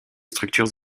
structures